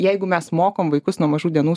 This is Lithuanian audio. jeigu mes mokom vaikus nuo mažų dienų